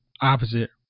opposite